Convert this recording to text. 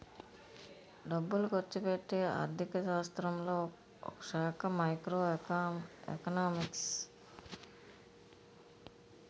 డబ్బులు ఖర్చుపెట్టే ఆర్థిక శాస్త్రంలో ఒకశాఖ మైక్రో ఎకనామిక్స్